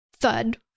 thud